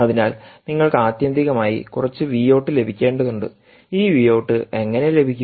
അതിനാൽ നിങ്ങൾക്ക് ആത്യന്തികമായി കുറച്ച് വി ഔട്ട് ലഭിക്കേണ്ടതുണ്ട് ഈ വി ഔട്ട് എങ്ങനെ ലഭിക്കും